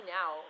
now